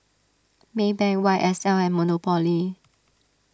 Maybank Y S L and Monopoly